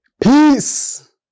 peace